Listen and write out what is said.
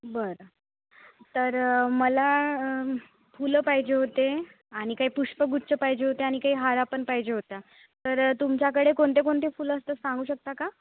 बरं तर मला फुलं पाहिजे होते आणि काही पुष्पगुच्छ पाहिजे होते आणि काही हार पण पाहिजे होता तर तुमच्याकडे कोणते कोणते फुलं असतात सांगू शकता का